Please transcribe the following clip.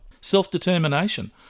Self-determination